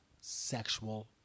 sexual